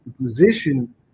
position